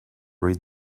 read